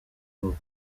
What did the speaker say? hop